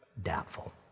doubtful